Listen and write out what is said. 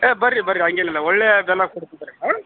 ಏಯ್ ಬನ್ರಿ ಬನ್ರಿ ಹಾಗೇನಿಲ್ಲ ಒಳ್ಳೆಯ ಬೆಲ್ಲ ಕೊಡ್ತೀನಿ ಬನ್ರಿ ಹಾಂ